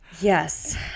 Yes